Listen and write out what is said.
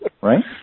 Right